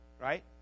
right